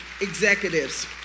executives